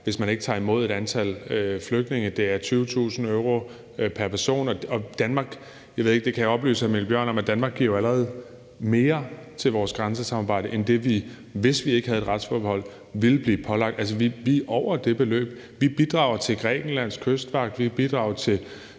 hvis man ikke tager imod et bestemt antal flygtninge, er 20.000 euro pr. person. Og jeg kan oplyse hr. Mikkel Bjørn om, at Danmark allerede giver mere til vores grænsesamarbejde end det, vi ville blive pålagt, hvis vi ikke havde et retsforbehold. Altså, vi er over det beløb. Vi bidrager til Grækenlands kystvagt, vi bidrager til